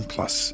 Plus